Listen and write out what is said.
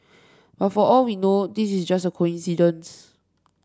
but for all we know this is just a coincidence